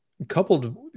Coupled